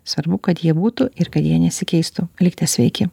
svarbu kad jie būtų ir kad jie nesikeistų likite sveiki